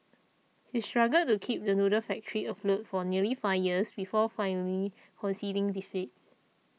he struggled to keep the noodle factory afloat for nearly five years before finally conceding defeat